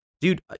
Dude